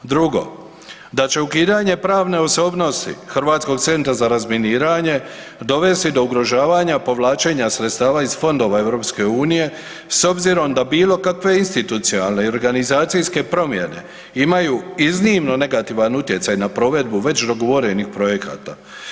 Drugo, da će ukidanje pravne osobnosti Hrvatskog centra za razminiranje dovesti do ugrožavanja povlačenja sredstava iz fondova EU s obzirom da bilo kakve institucionalne i organizacijske promjene imaju iznimno negativan utjecaj na provedbu već dogovorenih projekata.